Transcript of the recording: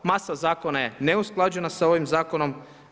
Masa zakona je neusklađena sa ovim zakonom.